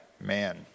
man